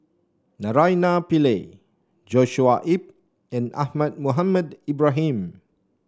Naraina Pillai Joshua Ip and Ahmad Mohamed Ibrahim